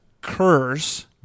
curse